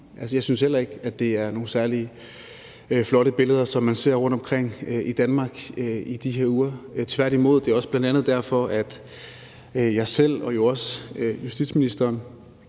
Jeg synes heller ikke, at det er nogle særlig flotte billeder, som man ser rundtomkring i Danmark i de her uger, tværtimod. Det er også bl.a. derfor, at jeg selv og også justitsministeren